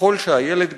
ככל שהילד גדל,